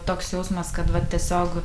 toks jausmas kad va tiesiog